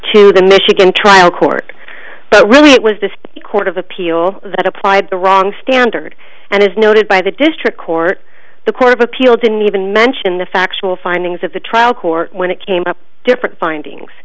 a michigan trial court but really it was this court of appeal that applied the wrong standard and it's noted by the district court the court of appeal didn't even mention the factual findings of the trial court when it came to different findings